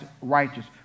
righteous